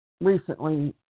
recently